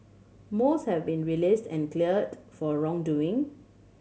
most have been released and cleared for wrongdoing